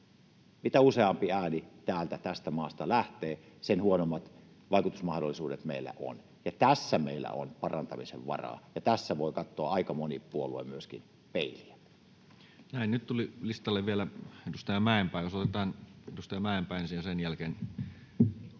Mitä useampi ääni tästä maasta lähtee, sen huonommat vaikutusmahdollisuudet meillä on, ja tässä meillä on parantamisen varaa, ja tässä voi katsoa aika moni puolue peiliin. Näin. — Nyt tuli listalle vielä edustajia. Tehdään niin, että otetaan nyt edustajat Mäenpää ja Essayah, ja sen jälkeen